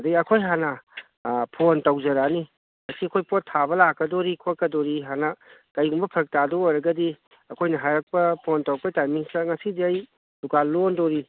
ꯑꯗꯒꯤ ꯑꯩꯈꯣꯏꯅ ꯍꯥꯟꯅ ꯐꯣꯟ ꯇꯧꯖꯔꯛꯑꯅꯤ ꯉꯁꯤ ꯑꯩꯈꯣꯏ ꯄꯣꯠ ꯊꯥꯕ ꯂꯥꯛꯀꯗꯧꯔꯤ ꯈꯣꯠꯀꯗꯧꯔꯤꯑꯅ ꯀꯔꯤꯒꯨꯝꯕ ꯐꯔꯛ ꯇꯥꯗꯧ ꯑꯣꯏꯔꯒꯗꯤ ꯑꯩꯈꯣꯏꯅ ꯍꯥꯏꯔꯛꯄ ꯐꯣꯟ ꯇꯧꯔꯛꯄ ꯇꯥꯏꯃꯤꯡꯁꯤꯗ ꯉꯁꯤꯗꯤ ꯑꯩ ꯗꯨꯀꯥꯟ ꯂꯣꯟꯗꯧꯔꯤ